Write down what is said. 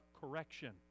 correction